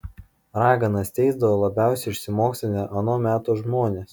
raganas teisdavo labiausiai išsimokslinę ano meto žmonės